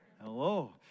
Hello